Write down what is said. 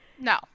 no